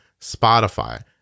Spotify